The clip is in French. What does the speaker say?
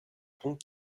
ponts